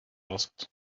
asked